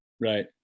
right